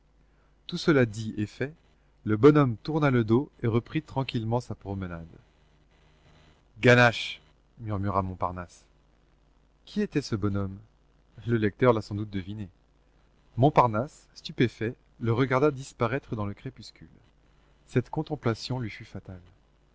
tout cela dit et fait le bonhomme tourna le dos et reprit tranquillement sa promenade ganache murmura montparnasse qui était ce bonhomme le lecteur l'a sans doute deviné montparnasse stupéfait le regarda disparaître dans le crépuscule cette contemplation lui fut fatale